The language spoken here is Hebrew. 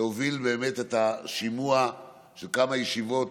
שהוביל את השימוע של כמה ישיבות,